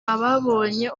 ababonye